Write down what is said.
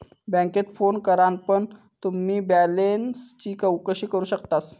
बॅन्केत फोन करान पण तुम्ही बॅलेंसची चौकशी करू शकतास